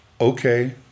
Okay